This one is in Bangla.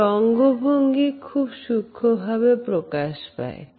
এই অঙ্গভঙ্গি খুব সূক্ষ্মভাবে প্রকাশ পায়